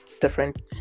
different